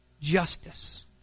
justice